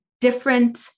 different